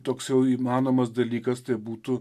toks jau įmanomas dalykas tai būtų